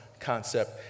concept